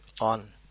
on